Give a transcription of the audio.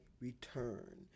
return